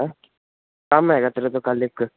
ਕੰਮ ਹੈਗਾ ਤੇਰੇ ਤੋਂ ਕੱਲ ਇੱਕ